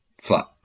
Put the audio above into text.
flat